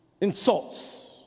insults